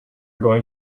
going